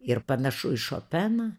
ir panašu į šopeną